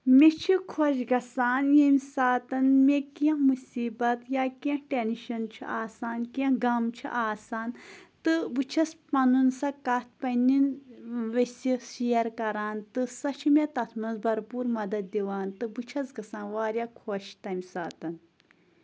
مےٚ چھِ خۄش گژھان ییٚمہِ ساتَن مےٚ کینٛہہ مُصیٖبت یا کینٛہہ ٹٮ۪نشَن چھُ آسان کینٛہہ غَم چھُ آسان تہٕ بہٕ چھَس پَنُن سۄ کَتھ پنٛنٮ۪ن ویٚسہِ شِیَر کَران تہٕ سۄ چھِ مےٚ تَتھ منٛز بَرپوٗر مَدَت دِوان تہٕ بہٕ چھَس گژھان واریاہ خۄش تَمہِ ساتَن